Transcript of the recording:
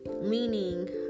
meaning